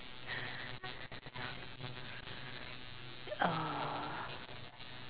uh